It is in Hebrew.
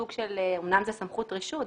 אומנם זה סמכות רשות,